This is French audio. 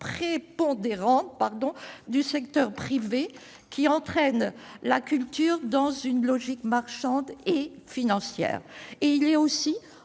prépondérante du secteur privé, qui entraîne la culture dans une logique marchande et financière